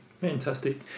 Fantastic